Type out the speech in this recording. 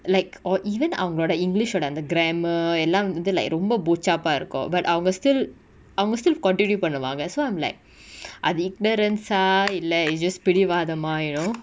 like or even அவங்களோட:avangaloda english ஓட அந்த:oda antha grammar எல்லா வந்து:ella vanthu like ரொம்ப:romba bochapaa இருக்கு:iruku but அவங்க:avanga still அவங்க:avanga still continue பன்னுவாங்க:pannuvanga so I'm like அது:athu ignarens ah இல்ல:illa is just பிடிவாதமா:pidivaathamaa you know